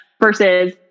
versus